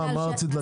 מה רצית להגיד?